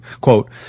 Quote